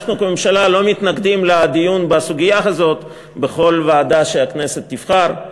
אנחנו כממשלה לא מתנגדים לדיון בסוגיה הזאת בכל ועדה שהכנסת תבחר.